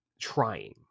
trying